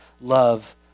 love